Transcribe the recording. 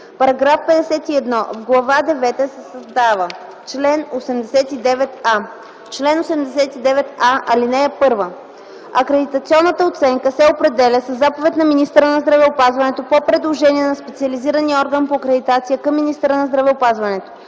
„§ 51. В Глава девета се създава чл. 89а: „Чл. 89а. (1) Акредитационната оценка се определя със заповед на министъра на здравеопазването по предложение на специализирания орган по акредитация към министъра на здравеопазването.